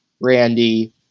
Randy